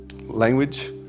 language